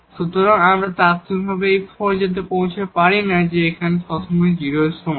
সুতরাং আমরা তাৎক্ষণিকভাবে এই সিদ্ধান্তে পৌঁছাতে পারি না যে এটি এখানে 0 এর সমান